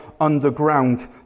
underground